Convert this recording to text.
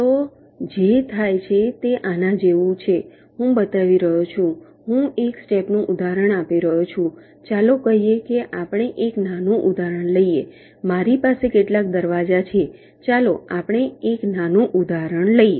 તો જે થાય છે તે આના જેવું છે હું બતાવી રહ્યો છું હું 1 સ્ટેપનું ઉદાહરણ આપી રહ્યો છું ચાલો કહીએ કે આપણે એક નાનું ઉદાહરણ લઈએ મારી પાસે કેટલાક દરવાજા છે ચાલો આપણે એક નાનું ઉદાહરણ લઈએ